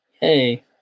Hey